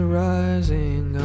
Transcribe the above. rising